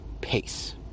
pace